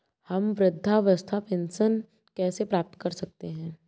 हम वृद्धावस्था पेंशन कैसे प्राप्त कर सकते हैं?